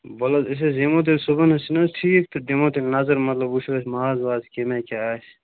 ولہٕ حظ أسۍ حظ یِمو تیٚلہِ صُبحنس چھُ نہٕ حظ ٹھیٖک تہٕ دِمہو تیٚلہِ نظر مطلب وُِچھو أسۍ ماز واز کِنہٕ کیٛاہ آسہِ